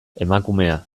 emakumea